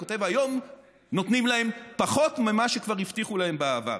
הוא כותב: היום נותנים להם פחות ממה שכבר הבטיחו להם בעבר.